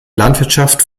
landwirtschaft